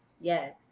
Yes